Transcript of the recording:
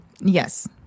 Yes